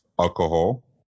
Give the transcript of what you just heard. Alcohol